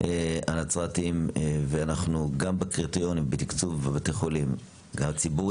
הנצרתיים ואנחנו גם בקריטריונים בתקצוב בבתי החולים הציבוריים